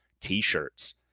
t-shirts